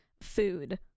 food